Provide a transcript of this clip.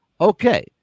Okay